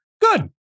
good